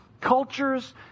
Cultures